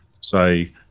say